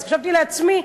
אז חשבתי לעצמי,